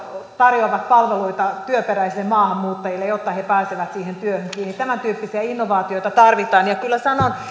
tarjoavat palveluita työperäisille maahanmuuttajille jotta he pääsevät siihen työhön kiinni tämän tyyppisiä innovaatioita tarvitaan ja kyllä sanon